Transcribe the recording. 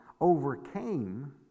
overcame